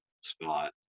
spot